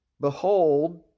behold